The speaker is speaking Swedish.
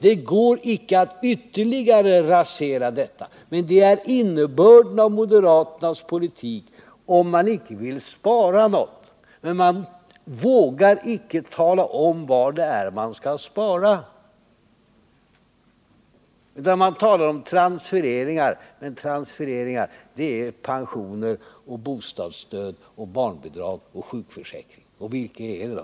Det går icke att ytterligare rasera ekonomin på detta sätt — men det är innebörden av moderaternas politik om man icke vill spara något. Man vågade emellertid icke tala om var det är man skall spara, utan man talar om transfereringar. Men transfereringar — det är pensioner, bostadsstöd, barnbidrag och sjukförsäkring. Och vilket är det då fråga om?